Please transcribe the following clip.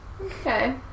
Okay